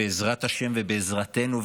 בעזרת השם ובעזרתנו,